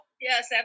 yes